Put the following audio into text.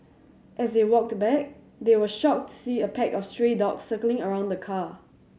as they walked back they were shocked to see a pack of stray dogs circling around the car